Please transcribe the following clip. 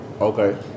Okay